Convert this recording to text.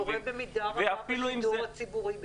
זה קורה במידה רבה בשידור הציבורי ב"כאן".